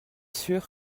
sûr